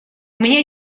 меня